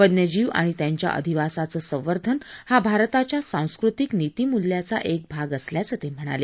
वन्यजीव आणि त्यांच्या अधिवासाचं संवर्धन हा भारताच्या सांस्कृतिक नितीमूल्याचा एक भाग असल्याचं ते म्हणाले